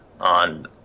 on